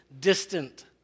distant